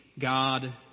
God